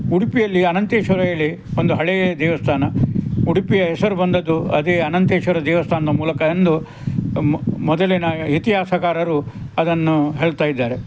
ಉಡುಪಿಯಲ್ಲಿ ಅನಂತೇಶ್ವರ ಹೇಳಿ ಒಂದು ಹಳೆಯ ದೇವಸ್ಥಾನ ಉಡುಪಿಯ ಹೆಸರು ಬಂದದ್ದು ಅದೇ ಅನಂತೇಶ್ವರ ದೇವಸ್ಥಾನದ ಮೂಲಕ ಎಂದು ಮೊದಲಿನ ಇತಿಹಾಸಕಾರರು ಅದನ್ನು ಹೇಳ್ತಾ ಇದ್ದಾರೆ